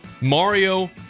Mario